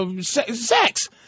Sex